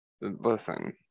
Listen